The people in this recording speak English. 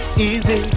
Easy